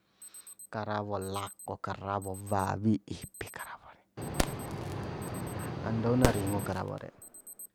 Karawo lako karawo wawi ipi karawo re andou na ringu karawo re